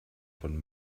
von